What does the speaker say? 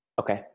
Okay